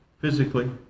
physically